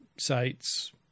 Sites